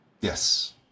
Yes